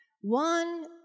One